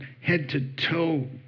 head-to-toe